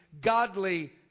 godly